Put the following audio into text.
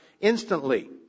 instantly